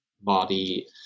body